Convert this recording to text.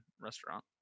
restaurant